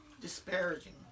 disparaging